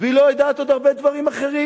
והיא לא יודעת עוד הרבה דברים אחרים,